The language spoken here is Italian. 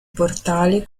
portale